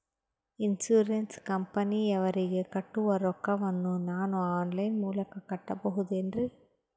Insurance ಕಂಪನಿಯವರಿಗೆ ಕಟ್ಟುವ ರೊಕ್ಕ ವನ್ನು ನಾನು ಆನ್ ಲೈನ್ ಮೂಲಕ ಕಟ್ಟಬಹುದೇನ್ರಿ?